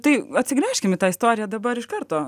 tai atsigręžkim į tą istoriją dabar iš karto